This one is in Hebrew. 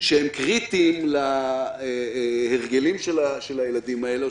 שהם קריטיים להרגלים של הילדים האלה או